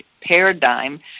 paradigm